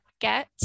get